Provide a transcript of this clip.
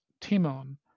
Timon